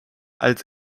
als